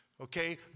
Okay